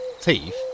teeth